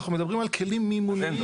אנחנו מדברים על כלים מימוניים,